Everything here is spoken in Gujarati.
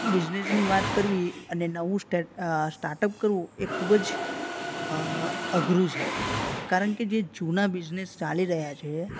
બિઝનેસની વાત કરવી અને નવું સ્ટાટઅપ કરવું એ ખૂબ જ અઘરું છે કારણ કે જે જુના બિઝનેસ ચાલી રહ્યા છે